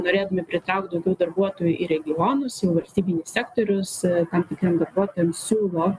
norėdami pritraukt daugiau darbuotojų į regionus jau valstybinis sektorius tam tikriem darbuotojam siūlo